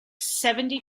seventy